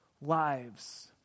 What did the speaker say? lives